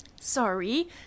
Sorry